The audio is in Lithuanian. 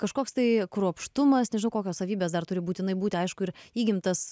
kažkoks tai kruopštumas nežinau kokios savybės dar turi būtinai būti aišku ir įgimtas